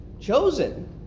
chosen